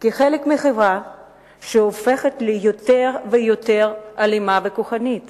בחברה שהופכת ליותר ויותר אלימה וכוחנית